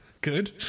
Good